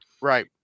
Right